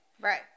Right